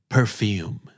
Perfume